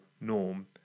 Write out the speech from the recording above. norm